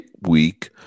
week